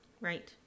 Right